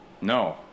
no